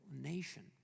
nation